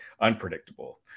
unpredictable